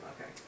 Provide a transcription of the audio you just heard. Okay